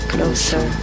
Closer